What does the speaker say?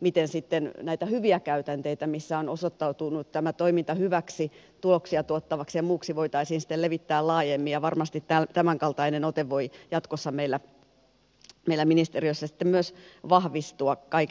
miten sitten näitä hyviä käytänteitä siellä missä on osoittautunut tämä toiminta hyväksi tuloksia tuottavaksi ja muuksi voitaisiin levittää laajemmin ja varmasti tämänkaltainen ote voi jatkossa meillä ministeriössä sitten myös vahvistua kaiken kaikkiaan